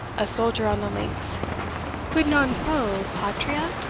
a soldier on the links quid non pro patria?